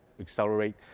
accelerate